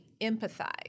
empathize